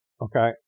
Okay